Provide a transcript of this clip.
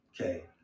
okay